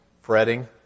fretting